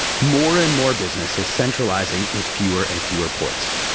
more and more businesses centralizing in fewer and fewer ports,